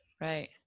Right